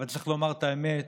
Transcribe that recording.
אבל צריך לומר את האמת,